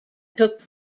took